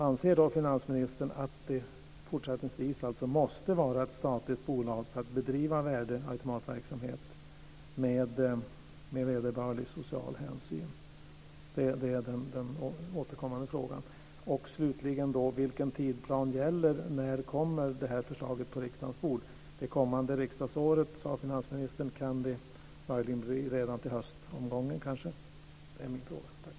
Anser finansministern att det fortsättningsvis bara är ett statligt bolag som kan bedriva verksamhet med värdeautomater med vederbörlig social hänsyn? Det är den återkommande frågan. Slutligen undrar jag vilken tidsplan som gäller. När kommer det här förslaget på riksdagens bord? Finansministern sade att det skulle ske det kommande riksdagsåret. Kan det möjligen bli redan i höst kanske? Det är min fråga.